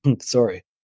Sorry